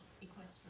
Equestrian